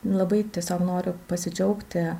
labai tiesiog noriu pasidžiaugti